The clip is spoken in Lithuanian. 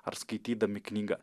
ar skaitydami knygą